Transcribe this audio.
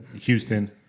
Houston